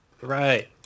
Right